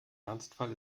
ernstfall